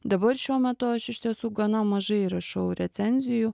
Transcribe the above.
dabar šiuo metu aš iš tiesų gana mažai rašau recenzijų